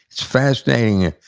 it's fascinating,